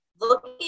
looking